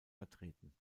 vertreten